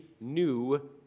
new